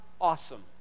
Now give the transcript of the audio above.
awesome